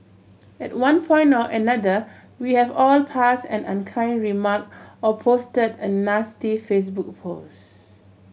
at one point or another we have all passed an unkind remark or posted a nasty Facebook post